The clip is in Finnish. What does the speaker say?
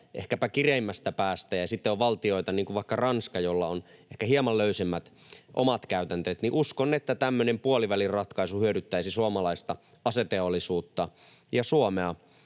ehkäpä kireimmästä päästä ja sitten on valtioita, niin kuin vaikka Ranska, joilla on ehkä hieman löysemmät omat käytänteet. Uskon, että tämmöinen puolivälin ratkaisu hyödyttäisi suomalaista aseteollisuutta ja Suomea